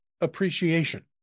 appreciation